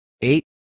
eight